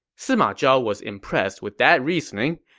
sima zhao was impressed with that reasoning,